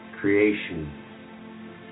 creation